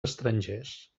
estrangers